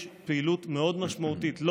יש פעילות משמעותית מאוד,